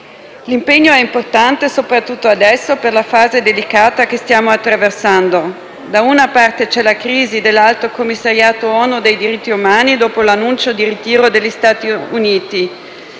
L'impegno è importante soprattutto adesso, per la fase delicata che stiamo attraversando: da una parte c'è la crisi dell'Alto commissariato delle Nazioni Unite per i diritti umani, dopo l'annuncio del ritiro degli Stati Uniti